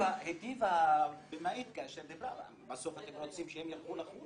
היטיבה הבימאית כאשר דיברה ואמרה שבסוף אתם רוצים שהם ילכו לחו"ל.